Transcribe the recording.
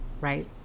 right